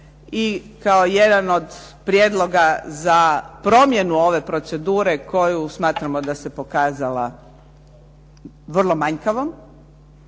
i kao jedan od prijedloga za promjenu ove procedure koju smatramo da se pokazala vrlo manjkavom